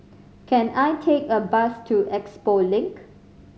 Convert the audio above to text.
can I take a bus to Expo Link